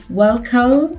welcome